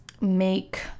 make